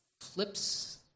flips